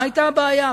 מה היתה הבעיה?